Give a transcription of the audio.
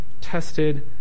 tested